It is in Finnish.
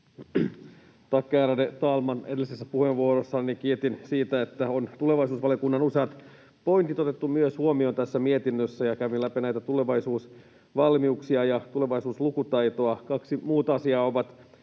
Tack, ärade talman! Edellisessä puheenvuorossani kiitin siitä, että tulevaisuusvaliokunnan useat pointit on otettu myös huomioon tässä mietinnössä ja kävin läpi tulevaisuusvalmiuksia ja tulevaisuuslukutaitoa. Kaksi muuta asiaa ovat